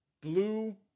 Blue